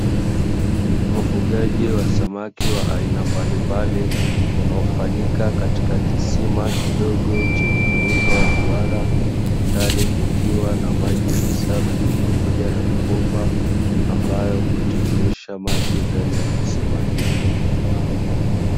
Ufugaji wa samaki wa aina mbalimbali unaofanyika katika kisima kidogo chenye muundo wa duara ndani kukiwa na maji masafi pamoja na mabomba ambayo hutiririsha maji ndani ya kisima hicho.